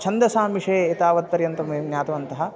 छन्दसां विषये एतावत्पर्यन्तं वयं ज्ञातवन्तः